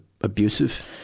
abusive